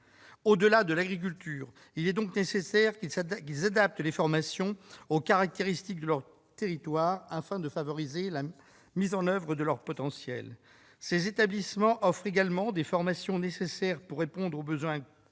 Au-delà de l'agriculture, il est donc nécessaire que ces établissements adaptent les formations aux caractéristiques de leur territoire, afin de favoriser la mise en oeuvre de leur potentiel. Ces établissements offrent par ailleurs des formations nécessaires pour répondre aux besoins croissants